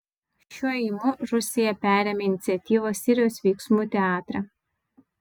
šiuo ėjimu rusija perėmė iniciatyvą sirijos veiksmų teatre